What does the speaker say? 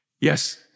Yes